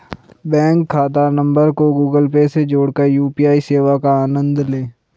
bank खाता नंबर को गूगल पे से जोड़कर यू.पी.आई सेवा का आनंद लें